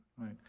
right